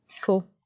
Cool